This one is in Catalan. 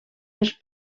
dels